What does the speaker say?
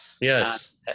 yes